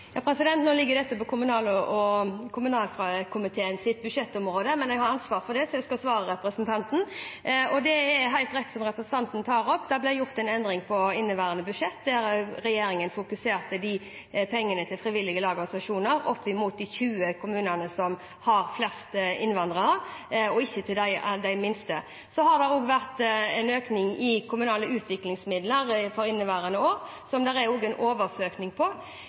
ligger under kommunal- og forvaltningskomiteens budsjettområde, men jeg har ansvaret for det, så jeg skal svare representanten Toppe. Det er helt rett som representanten sier – det ble gjort en endring på inneværende års budsjett, der regjeringen prioriterte pengene til frivillige lag og organisasjoner i de 20 kommunene som har flest innvandrere, og ikke til de minste. Det har også vært en økning i kommunale utviklingsmidler for inneværende år, som det er en oversøkning på.